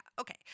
okay